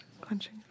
Clenching